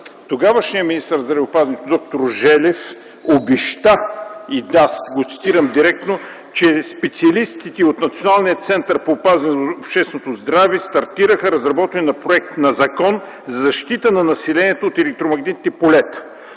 тогавашният министър на здравеопазването доктор Желев обеща и аз ще го цитирам директно, че: „Специалистите от Националния център по опазване на общественото здраве стартираха разработване на проект на Закон за защита на населението от електромагнитните полета,